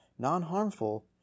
Non-harmful